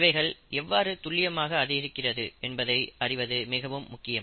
இவைகள் எவ்வாறு துல்லியமாக அதிகரிக்கிறது என்பதை அறிவது மிகவும் முக்கியம்